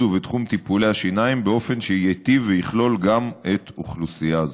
ובתחום טיפולי השיניים באופן שייטיב ויכלול גם אוכלוסיית זו.